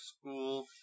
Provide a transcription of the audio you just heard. school